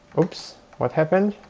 oops, what happened?